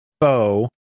bow